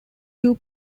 two